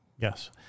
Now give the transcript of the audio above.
Yes